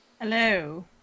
Hello